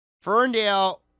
Ferndale